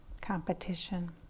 competition